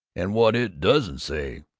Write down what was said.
and what it doesn't say!